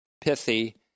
pithy